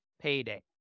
payday